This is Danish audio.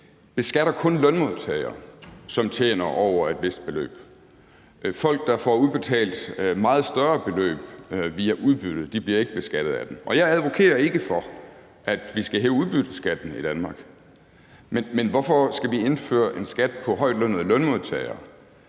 beskatter lønmodtagere, som tjener over et vist beløb; folk, der får udbetalt meget større beløb via udbytte, bliver ikke beskattet som følge af den. Jeg advokerer ikke for, at vi skal hæve udbytteskatten i Danmark, men hvorfor skal vi indføre en skat for højtlønnede lønmodtagere,